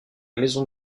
maison